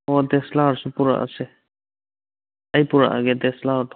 ꯗꯤꯑꯦꯁꯑꯦꯜꯑꯥꯔꯁꯨ ꯄꯨꯔꯛꯑꯁꯦ ꯑꯩ ꯄꯨꯔꯛꯑꯒꯦ ꯗꯤꯑꯦꯁꯑꯦꯜꯑꯥꯔꯗꯣ